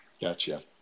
Gotcha